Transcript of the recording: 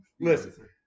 Listen